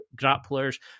grapplers